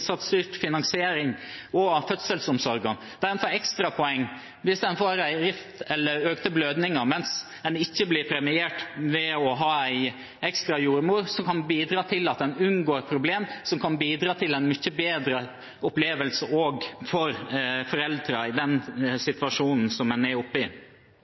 finansiering og fødselsomsorgen, der en får ekstrapoeng hvis en får en rift eller økte blødninger, mens en ikke blir premiert for å ha en ekstra jordmor, noe som kan bidra til at en unngår problemer, og som også kan bidra til en mye bedre opplevelse for foreldrene i den situasjonen. Det er